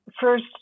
First